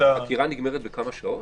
החקירה נגמרת בכמה שעות?